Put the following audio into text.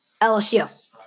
LSU